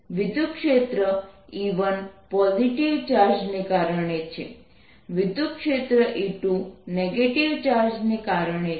વિદ્યુતક્ષેત્ર E1 positive charge ને કારણે છે વિદ્યુતક્ષેત્ર E2 નેગેટીવ ચાર્જ ને કારણે છે